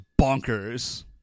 bonkers